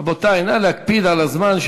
רבותי, נא להקפיד על הזמן.